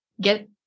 get